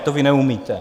A to vy neumíte.